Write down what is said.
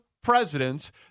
presidents